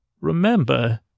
remember